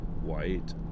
white